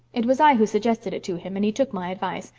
it was i who suggested it to him and he took my advice,